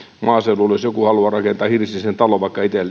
maaseudulla jos joku haluaa vaikka rakentaa hirsisen talon